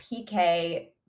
PK